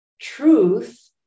truth